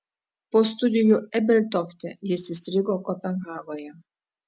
po studijų ebeltofte jis įstrigo kopenhagoje